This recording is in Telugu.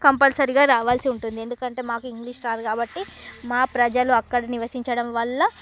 కంపల్సరీగా రావాల్సి ఉంటుంది ఎందుకంటే మాకు ఇంగ్లీష్ రాదు కాబట్టి మా ప్రజలు అక్కడ నివసించడం వల్ల